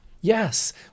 Yes